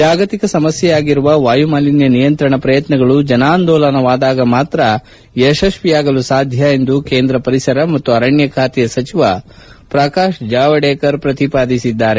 ಚಾಗತಿಕ ಸಮಸ್ತೆಯಾಗಿರುವ ವಾಯುಮಾಲಿನ್ನ ನಿಯಂತ್ರಣ ಪ್ರಯತ್ನಗಳು ಜನಾಂದೋಲನವಾದಾಗ ಮಾತ್ರ ಯಶಸ್ವಿಯಾಗಲು ಸಾಧ್ಯ ಎಂದು ಕೇಂದ್ರ ಪರಿಸರ ಮತ್ತು ಅರಣ್ಯ ಖಾತೆಯ ಸಚಿವ ಪ್ರಕಾಶ್ ಜಾವಡೇಕರ್ ಪ್ರತಿಪಾದಿಸಿದ್ದಾರೆ